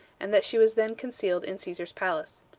and that she was then concealed in caesar's palace.